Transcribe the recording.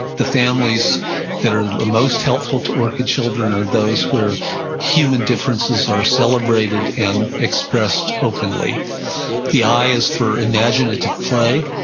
the families that are the most helpful to orchid children are those where human differences are celebrated and expressed openly the i is for imaginative play.